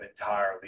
entirely